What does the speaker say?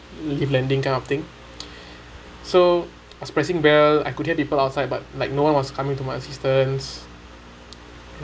lift landing kind of thing so I was pressing bell I could hear people outside but like no one was coming to my assistance